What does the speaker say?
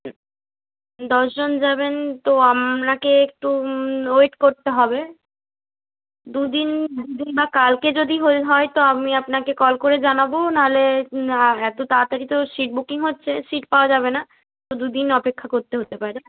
দশ জন যাবেন তো আমনাকে একটু ওয়েট করতে হবে দু দিন যদি বা কালকে যদি হয়ে হয় তো আমি আপনাকে কল করে জানাবো নাহলে এত তাড়াতাড়ি তো সিট বুকিং হচ্চে সিট পাওয়া যাবে না তো দু দিন অপেক্ষা করতে হতে পারে